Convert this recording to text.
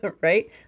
right